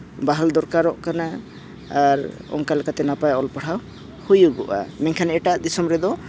ᱵᱟᱦᱟᱞ ᱫᱚᱨᱠᱟᱨᱚᱜ ᱠᱟᱱᱟ ᱟᱨ ᱚᱱᱠᱟ ᱞᱮᱠᱟᱛᱮ ᱱᱟᱯᱟᱭ ᱚᱞ ᱯᱟᱲᱦᱟᱣ ᱦᱩᱭᱩᱜᱚᱜᱼᱟ ᱢᱮᱱᱠᱷᱟᱱ ᱮᱴᱟᱜ ᱫᱤᱥᱚᱢ ᱨᱮᱫᱚ